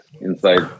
inside